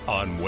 on